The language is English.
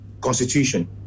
constitution